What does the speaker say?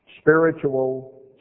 spiritual